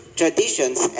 traditions